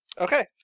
Okay